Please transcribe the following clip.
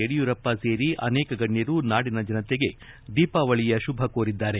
ಯಡಿಯೂರಪ್ಪ ಸೇರಿ ಅನೇಕ ಗಣ್ಯರು ನಾಡಿನ ಜನತೆಗೆ ದೀಪಾವಳಿಯ ಶುಭ ಕೋರಿದ್ದಾರೆ